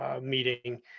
meeting